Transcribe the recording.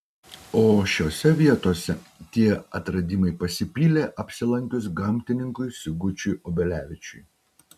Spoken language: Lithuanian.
o šiose vietose tie atradimai pasipylė apsilankius gamtininkui sigučiui obelevičiui